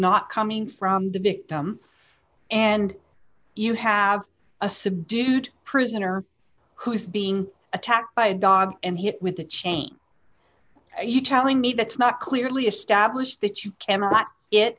not coming from the victim and you have a subdued prisoner who is being attacked by a dog and hit with a chain are you telling me that's not clearly established that you ca